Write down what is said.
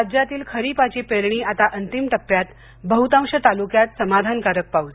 राज्यातील खरिपाची पेरणी आता अंतिम टप्प्यात बहृतांश तालुक्यात समाधानकारक पाऊस